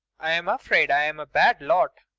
i'm afraid i'm a bad lot.